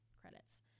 credits